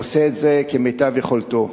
ועושה את זה כמיטב יכולתו.